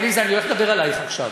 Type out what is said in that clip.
עליזה, אני הולך לדבר עלייך עכשיו.